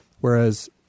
whereas